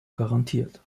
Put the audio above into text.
garantiert